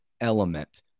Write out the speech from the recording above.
element